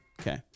Okay